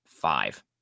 five